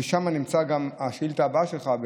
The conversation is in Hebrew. ועליו מדברת גם השאילתה הבאה שלך,